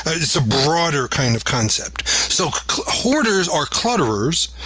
it's a broader kind of concept. so hoarders are clutterers,